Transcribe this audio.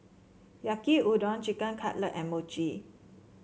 Yaki Udon Chicken Cutlet and Mochi